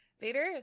Vader